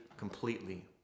completely